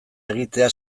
egitea